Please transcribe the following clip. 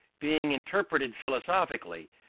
being interpreted philosophically,